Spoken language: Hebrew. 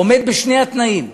הוא עומד בשני התנאים,